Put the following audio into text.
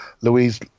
Louise